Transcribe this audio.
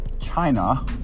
China